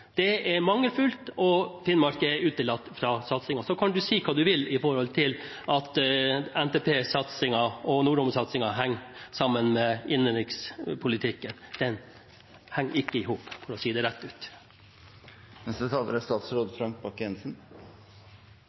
Det er mangelfullt, og Finnmark er utelatt fra satsingen. Så kan du si hva du vil om at NTP-satsingen og nordområdesatsingen henger sammen med innenrikspolitikken – det henger ikke i hop, for å si det rett ut.